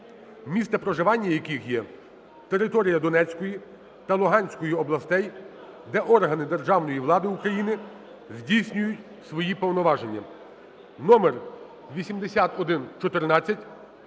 місце проживання яких є територія Донецької та Луганської областей, де органи державної влади України здійснюють свої повноваження) (номер 8114)